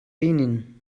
benin